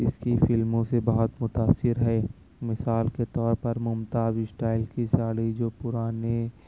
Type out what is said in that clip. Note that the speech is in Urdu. اس کی فلموں سے بہت متاثر ہے مثال کے طور پر ممتاز اسٹائل کی ساڑی جو پرانے